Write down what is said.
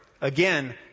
again